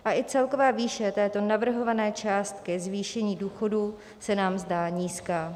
A i celková výše této navrhované částky zvýšení důchodů se nám zdá nízká.